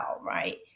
right